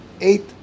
eight